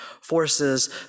Forces